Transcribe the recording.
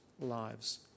lives